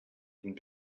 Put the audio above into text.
and